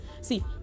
See